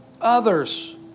others